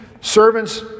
Servants